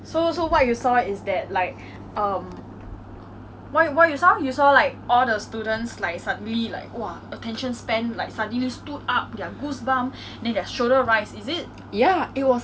like what was going on my heart just dropped to the ground I really !wah! I cannot take it when teachers shout that's why I was so shocked